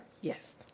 Yes